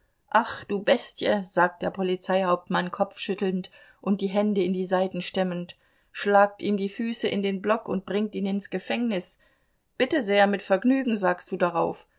ach du bestie sagt der polizeihauptmann kopfschüttelnd und die hände in die seiten stemmend schlagt ihm die füße in den block und bringt ihn ins gefängnis bitte sehr mit vergnügen sagst du darauf